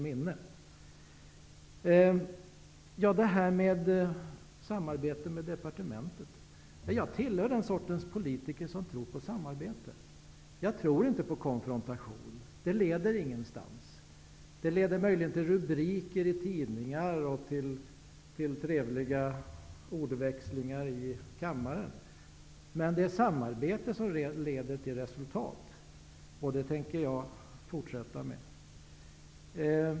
Vidare har vi frågan om samarbete med departementet. Jag tillhör den sortens politiker som tror på samarbete. Jag tror inte på konfrontation. Den leder inte någonstans -- möjligen till rubriker i tidningar och till trevliga ordväxlingar i kammaren. Men det är samarbete som leder till resultat, och det tänker jag fortsätta med.